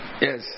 Yes